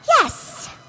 Yes